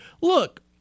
Look